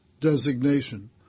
designation